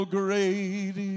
great